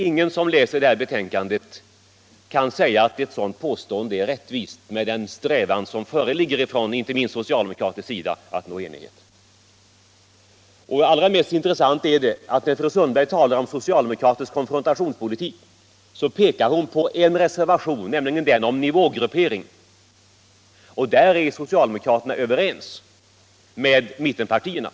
Ingen som läser detta utskottsbetänkande kan säga att det påståendet är rättvist, med den strävan som föreligger och har förelegat inte minst från socialdemokratisk sida att nå enighet. Och det mest intressanta är, att när fru Sundberg talar om socialdemokratisk konfrontationspolitik pekar hon på reservationen om nivågrupperingen, där socialdemokraterna har varit överens med mittenpartierna.